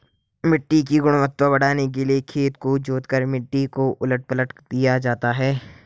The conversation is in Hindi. मिट्टी की गुणवत्ता बढ़ाने के लिए खेत को जोतकर मिट्टी को उलट पलट दिया जाता है